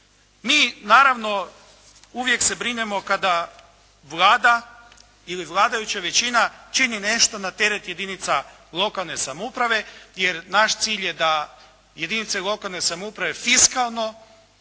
Mi naravno, uvijek se brinemo kada Vlada ili vladajuća većina čini nešto na teret jedinica lokalne samouprave, jer naš cilj je da jedinice lokalne samouprave fiskalno